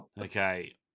Okay